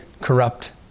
corrupt